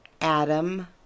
Adam